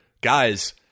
guys